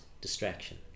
distraction